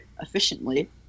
efficiently